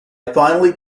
finally